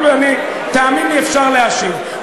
תאמין לי, אפשר להשיב.